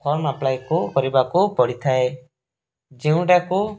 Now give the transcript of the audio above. form ଅପ୍ଲାଏକୁ କରିବାକୁ ପଡ଼ିଥାଏ ଯେଉଁଟାକୁ